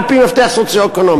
על-פי מפתח סוציו-אקונומי.